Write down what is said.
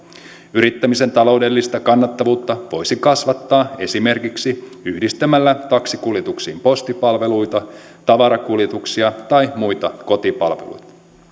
yrittämisen taloudellista kannattavuutta voisi kasvattaa esimerkiksi yhdistämällä taksikuljetuksiin postipalveluita tavarakuljetuksia tai muita kotipalveluita